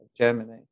Germany